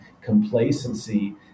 complacency